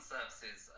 Services